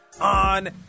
on